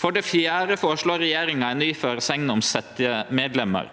For det fjerde føreslår regjeringa ei ny føresegn om setjemedlemer.